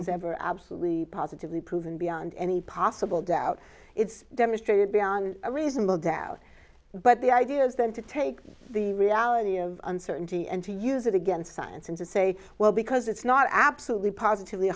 is ever absolutely positively proven beyond any possible doubt it's demonstrated beyond a reasonable doubt but the idea is then to take the reality of uncertainty and to use it against science and to say well because it's not absolutely positively